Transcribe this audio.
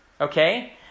okay